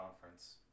conference